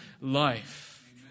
life